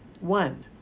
One